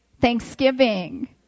Thanksgiving